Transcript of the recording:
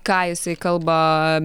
ką jisai kalba